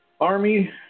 Army